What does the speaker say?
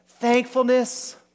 Thankfulness